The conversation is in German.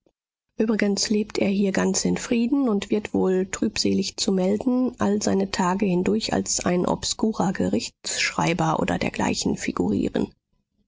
übrigens lebt er hier ganz in frieden und wird wohl trübselig zu melden all seine tage hindurch als ein obskurer gerichtsschreiber oder dergleichen figurieren